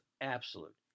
absolute